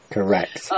Correct